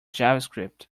javascript